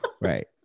Right